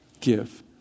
give